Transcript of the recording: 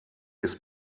ist